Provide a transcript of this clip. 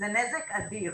זה נזק אדיר.